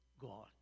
God